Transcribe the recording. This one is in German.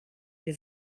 wir